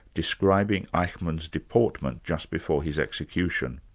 describing eichmann's deportment just before his execution